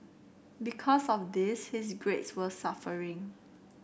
because of this his grades were suffering